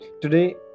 Today